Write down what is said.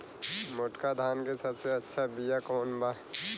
मोटका धान के सबसे अच्छा बिया कवन बा?